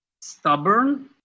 stubborn